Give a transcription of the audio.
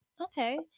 okay